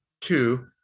two